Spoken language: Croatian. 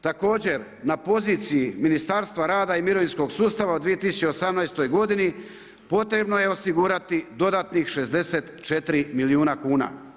Također, na poziciji Ministarstva rada i mirovinskog sustava u 2018. godini, potrebno je osigurati dodatnih 64 milijuna kuna.